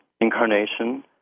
incarnation